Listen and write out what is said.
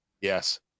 yes